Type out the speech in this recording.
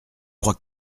crois